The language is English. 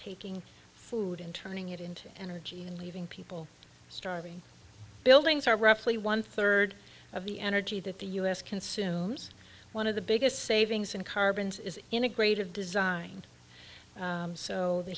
taking food and turning it into energy and leaving people starving buildings are roughly one third of the energy that the u s consumes one of the biggest savings in carbons is integrated design so the